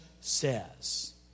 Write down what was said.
says